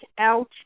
out